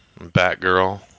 Batgirl